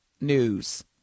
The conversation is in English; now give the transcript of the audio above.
news